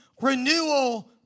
renewal